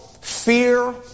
fear